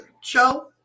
show